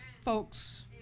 Folks